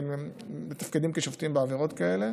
מתפקדים כשופטים בעבירות כאלה,